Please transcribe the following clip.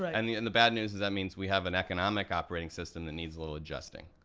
ah and the and the bad news is that means we have an economic operating system that needs a little adjusting,